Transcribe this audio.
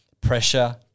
pressure